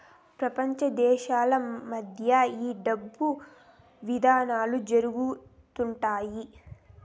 ప్రపంచ దేశాల మధ్య ఈ డబ్బు వివాదాలు జరుగుతుంటాయి